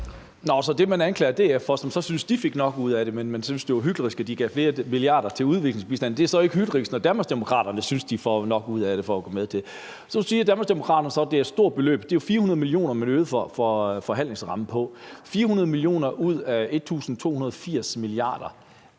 Så det, man anklager DF for – som så syntes, de fik nok ud af det, men hvor man synes, det var hyklerisk, at de gav flere milliarder kroner til udviklingsbistanden – er så ikke hyklerisk, når Danmarksdemokraterne synes, at de får nok ud af det for at gå med. Nu siger Danmarksdemokraterne så, at det er et stort beløb, og det var jo 400 mio. kr., man øgede forhandlingsrammen med – 400 mio. kr. ud af 1.280 mia. kr.